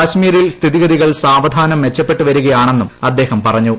കാശ്മീരിൽ സ്ഥിതിഗതികൾ സാവധ്യാനും മെച്ചപ്പെട്ട് വരികയാണെന്നും അദ്ദേഹം പറഞ്ഞു